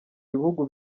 bihugu